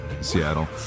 Seattle